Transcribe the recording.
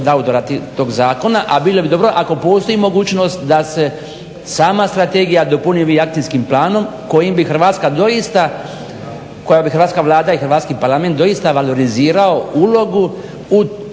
autora tog zakona, a bilo bi dobro ako postoji mogućnost da se sama strategija dopuni akcijskim planom kojim bi Hrvatska doista, kojim bi hrvatska Vlada i Hrvatski parlament doista valorizirao ulogu u